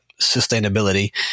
sustainability